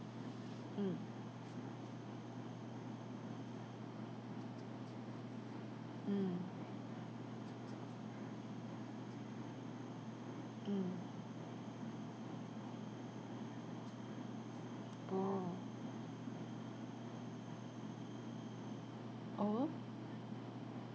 mm mm mm oh oh